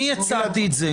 אני הצעתי את זה.